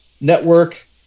network